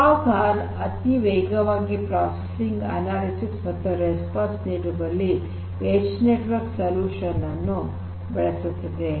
fog horn ಅತಿ ವೇಗವಾಗಿ processing analysis ಮತ್ತು ರೆಸ್ಪಾನ್ಸ್ ನೀಡುವಲ್ಲಿ ಎಡ್ಜ್ ನೆಟ್ವರ್ಕ್ ಸೊಲ್ಯೂಷನ್ ಅನ್ನು ಬಳಸುತ್ತದೆ